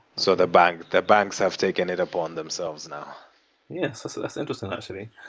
so the banks the banks have taken it upon themselves now yeah, so so that's interesting, actually.